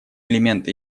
элементы